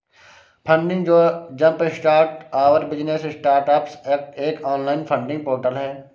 funding जो jumpstart our business startups act एक online funding portal है